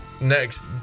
next